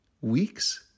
Weeks